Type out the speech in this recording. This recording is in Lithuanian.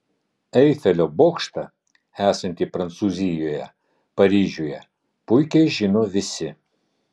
eifelio bokštą esantį prancūzijoje paryžiuje puikiai žino visi